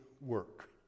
work